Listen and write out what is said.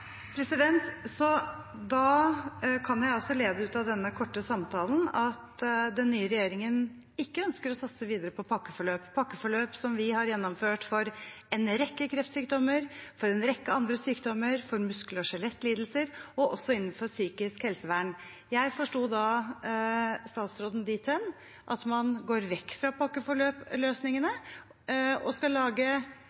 Da kan jeg lede ut av denne korte samtalen at den nye regjeringen ikke ønsker å satse videre på pakkeforløp, som vi har gjennomført for en rekke kreftsykdommer, for en rekke andre sykdommer, for muskel- og skjelettlidelser og også innenfor psykisk helsevern. Jeg forsto da statsråden dithen at man går vekk fra pakkeforløpløsningene